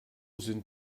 sind